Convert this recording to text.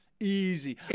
easy